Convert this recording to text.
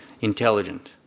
intelligent